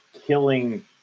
killing